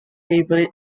favorite